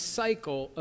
cycle